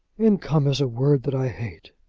income is a word that i hate.